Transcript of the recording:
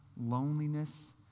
loneliness